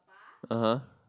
(uh huh)